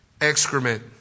excrement